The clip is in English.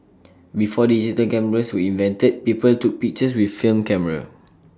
before the digital cameras were invented people took pictures with film camera